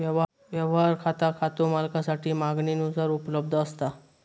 व्यवहार खाता खातो मालकासाठी मागणीनुसार उपलब्ध असता